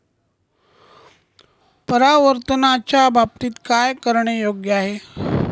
परावर्तनाच्या बाबतीत काय करणे योग्य आहे